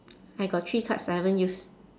I got three cards I haven't use